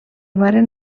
varen